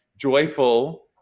joyful